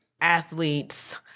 athletes